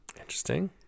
Interesting